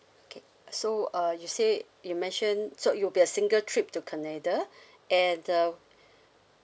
okay so uh you said you mentioned so it'll be a single trip to canada and uh